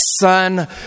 son